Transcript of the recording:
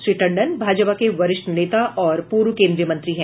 श्री टंडन भाजपा के वरिष्ठ नेता और पूर्व केन्द्रीय मंत्री हैं